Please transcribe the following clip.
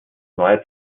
neue